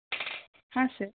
ಹಾಂ ಸರ್